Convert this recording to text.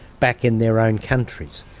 back in their own countries.